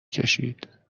کشید